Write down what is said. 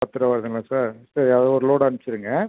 பத்து ரூபா வருதுங்களா சார் சரி அது ஒரு லோடு அமிச்சிடுங்க